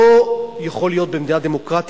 דבר כזה לא יכול להיות במדינה דמוקרטית.